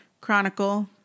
chronicle